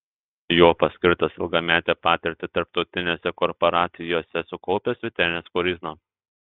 juo paskirtas ilgametę patirtį tarptautinėse korporacijose sukaupęs vytenis koryzna